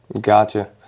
Gotcha